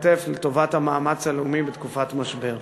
כתף לטובת המאמץ הלאומי בתקופת משבר.